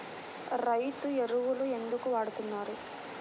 రైతు ఎరువులు ఎందుకు వాడుతున్నారు?